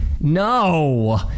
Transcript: No